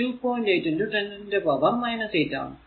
8 10 ന്റെ പവർ 8 ആണ്